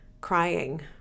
crying